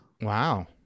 Wow